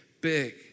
big